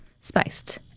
Spiced